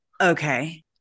Okay